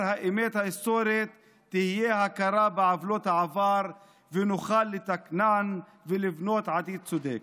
האמת ההיסטורית תהיה הכרה בעוולות העבר ונוכל לתקנן ולבנות עתיד צודק.